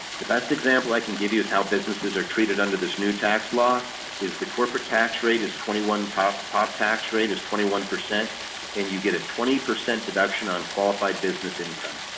the best example i can give you is how businesses are treated under this new tax law is the corporate tax rate is twenty one. top top tax rate is twenty one percent and you get a twenty percent deduction on qualified business income.